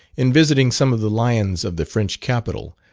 in visiting some of the lions of the french capital,